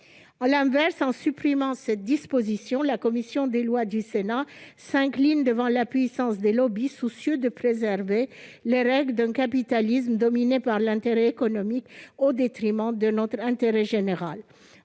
À l'inverse, en supprimant cette disposition, la commission des lois du Sénat s'incline devant la puissance des lobbys, soucieux de préserver les règles d'un capitalisme dominé par l'intérêt économique au détriment de notre intérêt général.